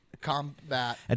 combat